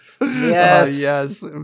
Yes